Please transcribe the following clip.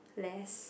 less